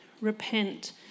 repent